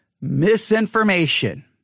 misinformation